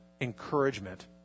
encouragement